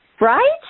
right